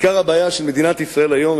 עיקר הבעיה של מדינת ישראל היום,